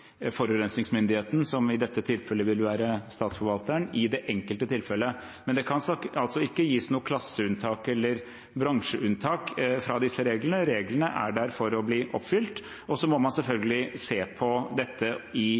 forurensningsmyndigheten, som i dette tilfellet vil være statsforvalteren, i det enkelte tilfellet. Men det kan altså ikke gis noe klasseunntak eller bransjeunntak fra disse reglene. Reglene er der for å bli oppfylt, og så må man selvfølgelig se på dette i